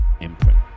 imprint